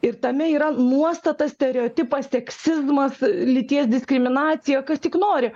ir tame yra nuostata stereotipas seksizmas lyties diskriminacija kas tik nori